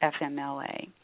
FMLA